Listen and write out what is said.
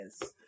yes